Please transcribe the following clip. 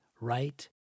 right